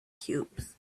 cubes